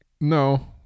no